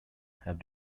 have